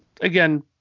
Again